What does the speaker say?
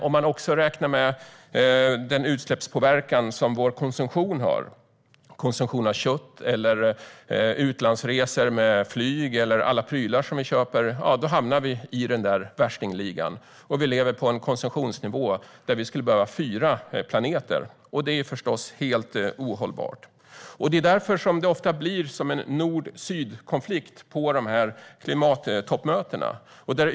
Om vi också räknar med den utsläppspåverkan som vår konsumtion har av kött, utlandsresor med flyg eller alla prylar vi köper hamnar vi i värstingligan. Vi lever på en konsumtionsnivå där det skulle behövas fyra planeter. Det är förstås helt ohållbart. Det är därför som det ofta blir en nord-syd-konflikt på klimattoppmötena.